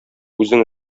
үзең